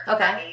Okay